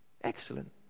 excellent